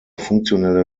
funktionelle